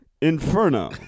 Inferno